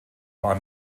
war